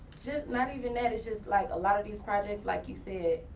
just, not even that. it's just like a lot of these projects, like you said,